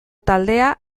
taldea